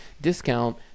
discount